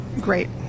great